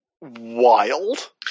wild